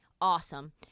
awesome